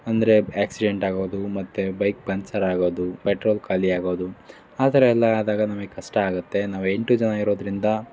ಅಂದರೆ ಆಕ್ಸಿಡೆಂಟ್ ಆಗೋದು ಮತ್ತು ಬೈಕ್ ಪಂಚರ್ ಆಗೋದು ಪೆಟ್ರೋಲ್ ಖಾಲಿ ಆಗೋದು ಆ ಥರ ಎಲ್ಲ ಆದಾಗ ನಮಗೆ ಕಷ್ಟ ಆಗುತ್ತೆ ನಾವು ಎಂಟು ಜನ ಇರೋದರಿಂದ